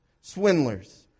Swindlers